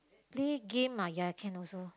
play game ah ya can also